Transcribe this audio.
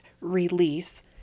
release